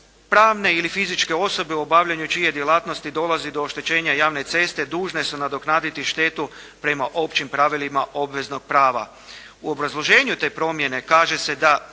"Pravne ili fizičke osobe u obavljanju čije djelatnosti dolazi do oštećenja javne ceste dužne su nadoknaditi štetu prema općim pravilima obveznog prava." U obrazloženju te promjene kaže se da,